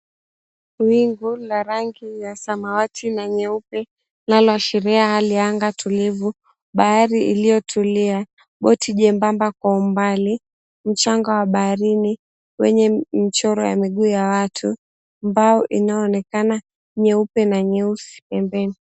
Wingu la rangi ya samawati na nyeupe linaloashiria hali ya anga tulivu, bahari iliyotulia, boti jembamba kwa umbali, mchanga wa baharini wenye michoro ya miguu ya watu. Mbao inayoonekana nyeupe na nyeusi pembeni.